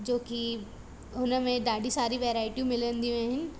जोकी उन में ॾाढी सारी वैराइटियूं मिलंदियूं आहिनि